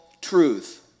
truth